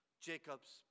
Jacob's